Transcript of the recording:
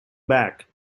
back